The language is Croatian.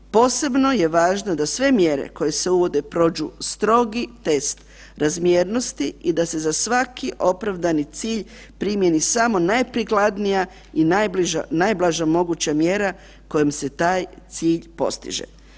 Posebno je važno da sve mjere koje se uvode prođu strogi test razmjernosti i da se za svaki opravdani cilj primjeni samo najprikladnija i najblaža moguća mjera kojom se taj cilj postiže.